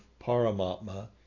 Paramatma